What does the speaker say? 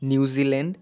New Zealand